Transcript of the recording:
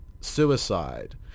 suicide